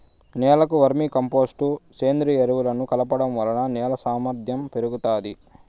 నేలకు vermicompost, సేంద్రీయ ఎరువులను కలపడం వలన నేల సామర్ధ్యం పెరుగుతాది